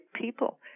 people